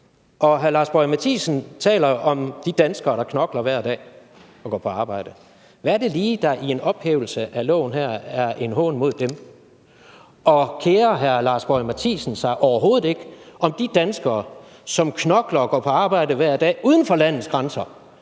Hr. Lars Boje Mathiesen taler om de danskere, der knokler hver dag og går på arbejde. Hvad er det lige, der i en ophævelse af loven her er en hån mod dem? Og kerer hr. Lars Boje Mathiesen sig overhovedet ikke om de danskere, som knokler og går på arbejde hver dag uden for landets grænser